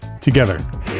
together